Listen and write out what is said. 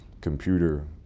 computer